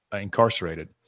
incarcerated